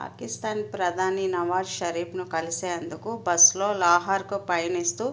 పాకిస్తాన్ ప్రధాని నవాజ్ షరీఫ్ను కలిసేందుకు బస్సులో లాహోర్కు పయనిస్తూ